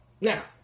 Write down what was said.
Now